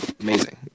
Amazing